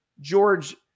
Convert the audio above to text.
George